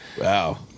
Wow